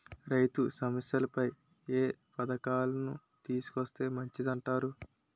రైతు సమస్యలపై ఏ పథకాలను తీసుకొస్తే మంచిదంటారు?